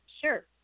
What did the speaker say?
Sure